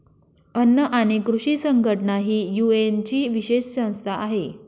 अन्न आणि कृषी संघटना ही युएनची विशेष संस्था आहे